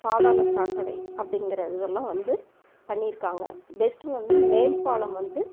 பாதாள சாக்கடை அப்படிங்கிற இதெல்லாம் வந்து பண்ணியிருக்காங்க பெஸ்ட்டு வந்து மேம்பாலம் வந்து